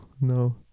no